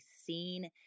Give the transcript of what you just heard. seen